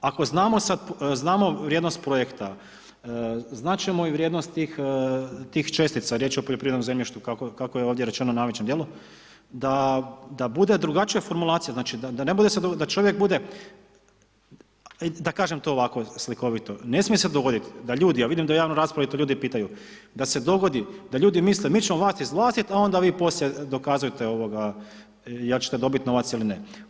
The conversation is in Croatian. Ako znamo sad, znamo vrijednost projekta, znat ćemo i vrijednost tih čestica, riječ je o poljoprivrednom zemljištu kako je ovdje rečeno, u najvećem dijelu, da bude drugačija formulacija, znači, da ne bude sad, da čovjek bude, da kažem to ovako slikovito, ne smije se dogodit da ljudi, a vidim da javnu raspravi i to ljudi pitaju, da se dogodi da ljudi misle mi ćemo vas izvlastiti a onda vi poslije dokazujete jel ćete dobiti novac ili ne.